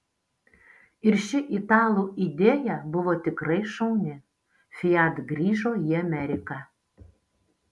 ir ši italų idėja buvo tikrai šauni fiat grįžo į ameriką